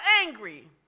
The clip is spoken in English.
angry